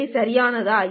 ஐ சரியானதா